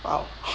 !wow!